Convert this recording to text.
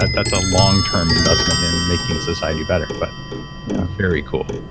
but that's a long-term investment in making society better, but very cool